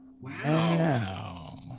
Wow